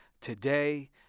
today